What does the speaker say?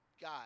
guy